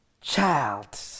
child